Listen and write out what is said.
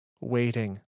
waiting